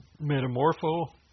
metamorpho